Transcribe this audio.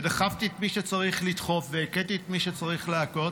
דחפתי את מי שצריך לדחוף והכיתי את מי שצריך להכות